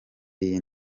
iyi